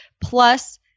plus